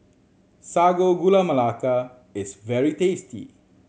Sago Gula Melaka is very tasty